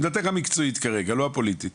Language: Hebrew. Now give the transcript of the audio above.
עמדתך המקצועית כרגע, לא הפוליטית.